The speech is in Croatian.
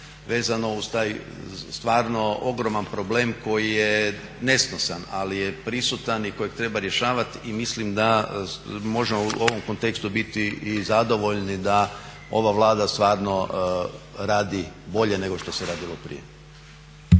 vezano uz taj stvarno ogroman problem koji je nesnosan ali je prisutan i kojeg treba rješavati i mislim da možemo u ovom kontekstu biti i zadovoljni da ova Vlada stvarno radi bolje nego što se radilo prije.